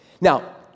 Now